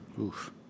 Oof